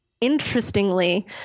Interestingly